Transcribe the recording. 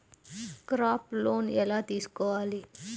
Crop loan ఎలా తీసుకోవాలి?